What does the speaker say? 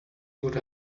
what